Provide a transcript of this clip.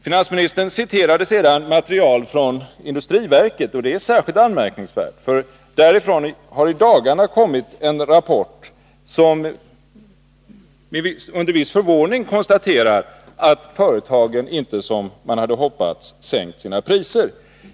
Finansministern citerade sedan material från industriverket, och det är särskilt anmärkningsvärt, för därifrån har i dagarna kommit en rapport som under viss förvåning konstaterar att företagen inte, som man hade hoppats, sänkt sina priser.